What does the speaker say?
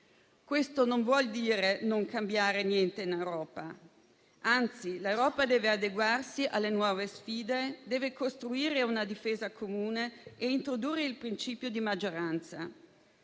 Questo non vuol dire non cambiare niente in Europa. Anzi, l'Europa deve adeguarsi alle nuove sfide, deve costruire una difesa comune e introdurre il principio di maggioranza.